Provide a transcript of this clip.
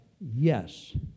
yes